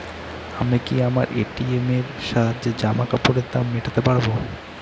আমি কি আমার এ.টি.এম এর সাহায্যে জামাকাপরের দাম মেটাতে পারব?